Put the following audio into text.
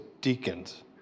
deacons